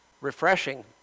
refreshing